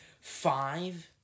five